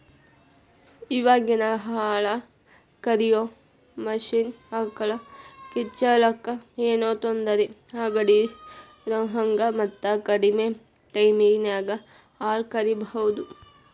ಇವಾಗಿನ ಹಾಲ ಕರಿಯೋ ಮಷೇನ್ ಆಕಳ ಕೆಚ್ಚಲಕ್ಕ ಏನೋ ತೊಂದರೆ ಆಗದಿರೋಹಂಗ ಮತ್ತ ಕಡಿಮೆ ಟೈಮಿನ್ಯಾಗ ಹಾಲ್ ಕರಿಬಹುದು